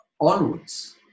onwards